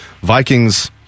Vikings-